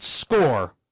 score